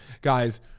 guys